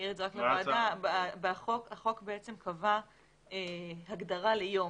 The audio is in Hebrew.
החוק קבע הגדרה ליום,